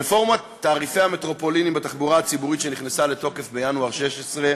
רפורמת תעריפי המטרופולינים בתחבורה הציבורית שנכנסה לתוקף בינואר 2016,